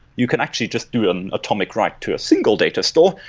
you can actually just do an atomic write to a single data store,